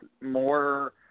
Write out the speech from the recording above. more –